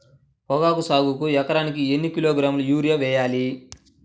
పొగాకు సాగుకు ఎకరానికి ఎన్ని కిలోగ్రాముల యూరియా వేయాలి?